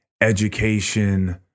education